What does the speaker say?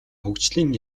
хөгжлийн